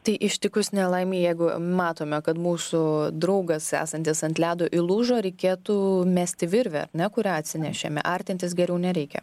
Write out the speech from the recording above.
tai ištikus nelaimei jeigu matome kad mūsų draugas esantis ant ledo įlūžo reikėtų mesti virvę kurią atsinešėme artintis geriau nereikia